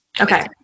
Okay